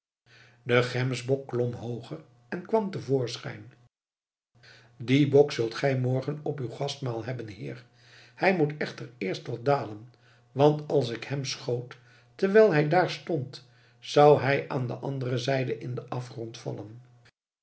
de gemsbok klom hooger en kwam te voorschijn dien bok zult gij morgen op uw gastmaal hebben heer hij moet echter eerst wat dalen want als ik hem schoot terwijl hij daar stond zou hij aan de andere zijde in den afgrond vallen